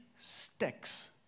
sticks